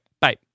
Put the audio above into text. Bye